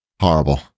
Horrible